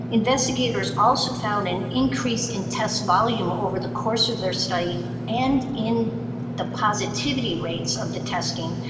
investigators also found an increase in test volume over the course of their study and in the positivity rates of the testing,